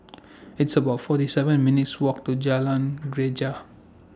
It's about forty seven minutes' Walk to Jalan Greja